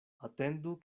atendu